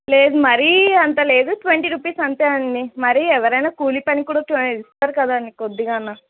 లేదు మరీ అంత లేదు ట్వంటీ రుపీస్ అంతే అండి మరీ ఎవరైనా కూలి పని కూడా ట్వ ఇస్తారు కదండి కొద్దిగా అన్నా